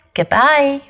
Goodbye